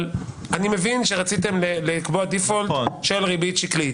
אבל אני מבין שרציתם לקבוע דיפולט של ריבית שקלית.